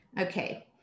Okay